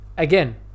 again